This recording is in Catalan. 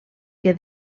que